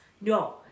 No